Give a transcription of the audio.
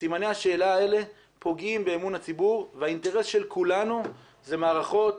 סימני השאלה האלה פוגעים באמון הציבור והאינטרס של כולנו זה מערכות